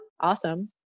Awesome